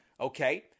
Okay